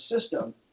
system